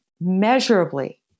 measurably